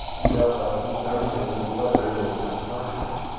क्या पंजीकरण ज़मीन पर ऋण मिल सकता है?